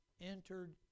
entered